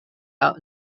out